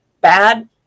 bad